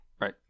Right